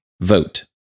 vote